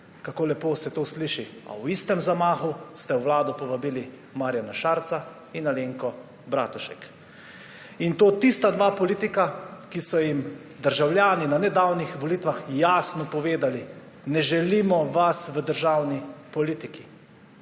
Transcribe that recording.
Kako lepo se to sliši, a v istem zamahu ste v vlado povabili Marjana Šarca in Alenko Bratušek. In to tista dva politika, ki so jim državljani na nedavnih volitvah jasno povedali: »Ne želimo vas v državni politiki.«